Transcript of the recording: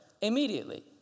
immediately